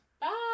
Bye